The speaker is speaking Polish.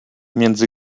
między